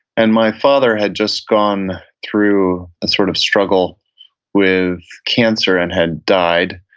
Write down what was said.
and my father had just gone through a sort of struggle with cancer and had died,